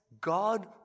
God